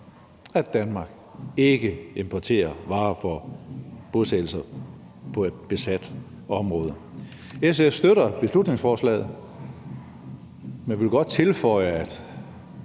at Danmark ikke importerer varer fra bosættelser på besat område. SF støtter beslutningsforslaget, men vi vil godt tilføje, at